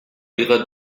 ihrer